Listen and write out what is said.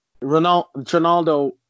Ronaldo